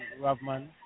Ravman